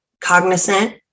cognizant